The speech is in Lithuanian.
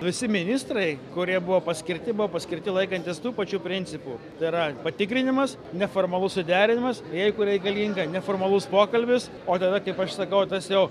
visi ministrai kurie buvo paskirti buvo paskirti laikantis tų pačių principų tai yra patikrinimas neformalus suderinimas jeigu reikalinga neformalus pokalbis o tada kaip aš sakau tas jau